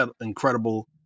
incredible